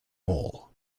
hall